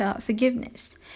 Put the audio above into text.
forgiveness